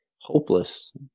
hopeless